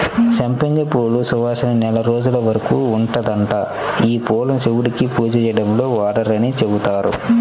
సంపెంగ పూల సువాసన నెల రోజుల వరకు ఉంటదంట, యీ పూలను శివుడికి పూజ చేయడంలో వాడరని చెబుతారు